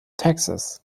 texas